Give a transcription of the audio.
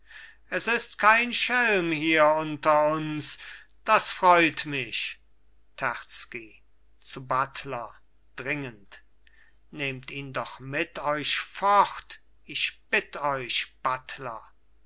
es ist kein schelm hier unter uns das freut mich terzky zu buttler dringend nehmt ihn doch mit euch fort ich bitt euch buttler